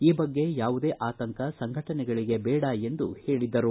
ಈ ಬಗ್ಗೆ ಯಾವುದೇ ಆತಂಕ ಸಂಘಟನೆಗಳಿಗೆ ಬೇಡ ಎಂದು ಹೇಳಿದರು